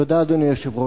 תודה, אדוני היושב-ראש.